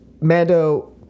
Mando